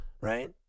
right